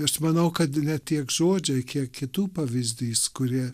aš manau kad ne tiek žodžiai kiek kitų pavyzdys kurie